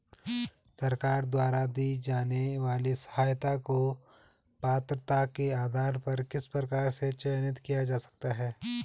सरकार द्वारा दी जाने वाली सहायता को पात्रता के आधार पर किस प्रकार से चयनित किया जा सकता है?